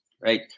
right